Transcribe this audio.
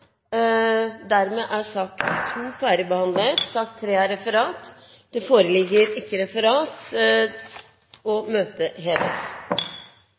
Dermed er sak 2 ferdigbehandlet. Det foreligger ikke noe referat. Dermed er dagens kart ferdigbehandlet. Forlanger noen ordet før møtet heves?